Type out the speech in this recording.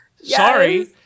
Sorry